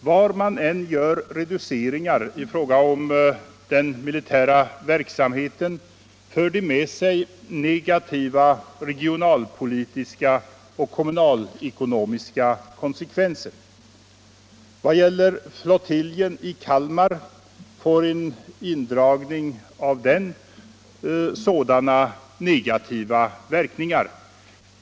Var man än gör reduceringar i fråga om den militära verksamheten för det med sig negativa regionalpolitiska och kommunalekonomiska konsekvenser. Vad gäller flottiljen i Kalmar får en indragning av den sådana negativa verkningar.